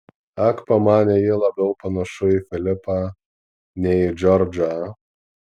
ak pamanė ji labiau panašu į filipą nei į džordžą